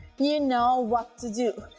you know what to do,